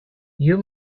you